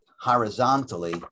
horizontally